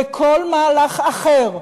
וכל מהלך אחר,